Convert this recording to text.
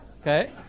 okay